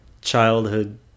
childhood